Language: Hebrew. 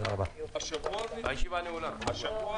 הישיבה ננעלה בשעה